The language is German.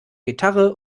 gitarre